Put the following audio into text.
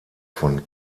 von